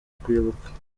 kwibuka